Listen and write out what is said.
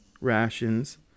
rations